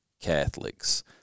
Catholics